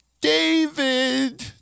David